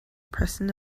pressing